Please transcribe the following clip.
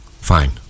fine